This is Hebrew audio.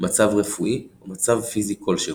מצב רפואי או מצב פיזי כלשהו.